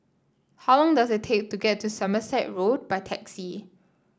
how long does it take to get to Somerset Road by taxi